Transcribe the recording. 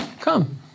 come